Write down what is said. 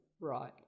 right